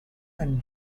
and